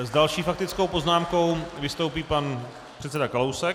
S další faktickou poznámkou vystoupí pan předseda Kalousek.